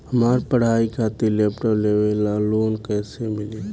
हमार पढ़ाई खातिर लैपटाप लेवे ला लोन कैसे मिली?